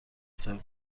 سرو